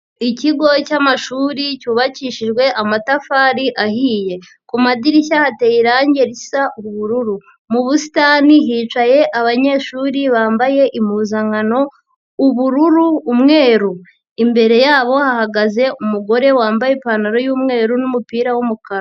Ikigo cy'amashuri cyubakishijwe amatafari ahiye ku madirishya hateye irangi risa ubururu, mu busitani hicaye abanyeshuri bambaye impuzankano ubururu, umweru, imbere yabo hagaze umugore wambaye ipantaro y'umweru n'umupira w'umukara.